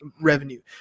revenue